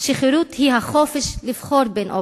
שחירות היא החופש לבחור בין אופציות,